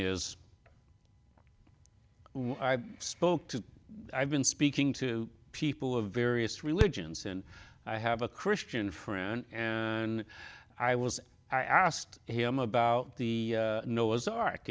is i spoke to i've been speaking to people of various religions and i have a christian friend and i was i asked him about the noah's ark